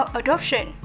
adoption